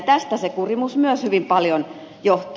tästä se kurimus myös hyvin paljon johtuu